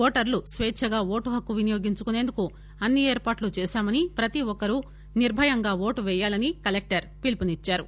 ఓటర్లు స్వేచ్చగా ఓటుహక్కు వినియోగించుకుసేందుకు అన్ని ఏర్పాట్లు చేశామని ప్రతిఒక్కరూ నిర్భయంగా ఓటు పేయాలని కలెక్టర్ పిలుపునిచ్చారు